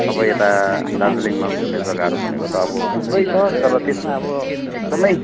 तपाईँ यता दार्जिलिङमा घुम्ने जग्गाहरू भनेको त अब थुप्रै छ तर त्यसमा अब एकदमै